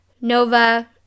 Nova